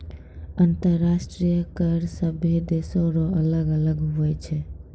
अंतर्राष्ट्रीय कर सभे देसो रो अलग अलग हुवै छै